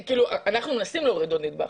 זאת אומרת אנחנו מנסים להוריד עוד נדבך,